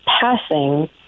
passing